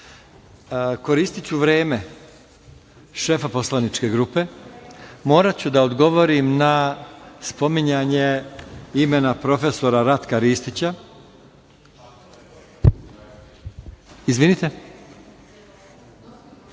obratio. Koristiću vreme šefa poslaničke grupe. Moraću da odgovorim na spominjanje imena profesora Ratka Ristića. Dakle,